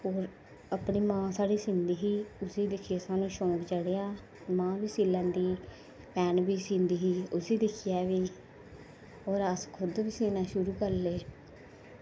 होर अपनी मां साढ़ी सींदी ही उस्सी दिक्खियै सानूं शौंक चढ़ेआ मां बी सीऽ लैंदी भैन बी सींदी उस्सी दिक्खियै होर अ'सें खुद बी सीना शुरु करी लेआ